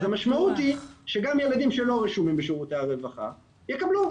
אז המשמעות היא שגם ילדים שלא רשומים בשירותי הרווחה יקבלו.